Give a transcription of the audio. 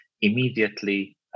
Immediately